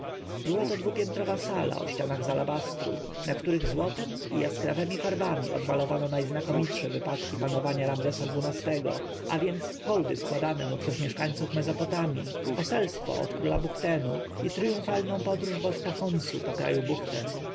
była to dwupiętrowa sala o ścianach z alabastru na których złotem i jaskrawemi farbami odmalowano najznakomitsze wypadki panowania ramzesa xii-go a więc hołdy składane mu przez mieszkańców mezopotamji poselstwo od króla buchtenu i triumfalną podróż bożka chonsu po kraju buchten